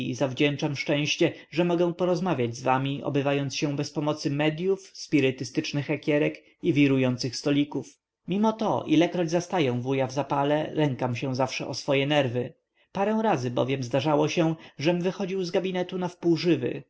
kompleksyi zawdzięczam szczęście że mogę porozmawiać z wami obywając się bez pomocy medyów spirytystycznych ekierek i wirujących stolików mimo to ilekroć zastaję wuja w zapale lękam się zawsze o swoje nerwy parę razy bowiem zdarzało się żem wychodził z gabinetu nawpół żywy